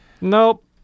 Nope